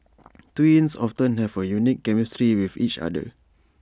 twins often have A unique chemistry with each other